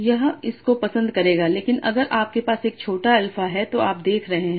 यह इस को पसंद करेगा लेकिन अगर आपके पास एक छोटा अल्फा है तो आप क्या देख रहे हैं